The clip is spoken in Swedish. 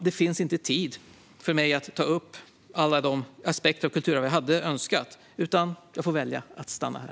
Det finns inte tid för mig att ta upp alla de aspekter av kulturarv som jag hade önskat, utan jag får välja att stanna här.